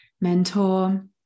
mentor